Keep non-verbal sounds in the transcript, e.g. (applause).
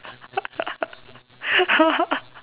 (laughs)